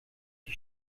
die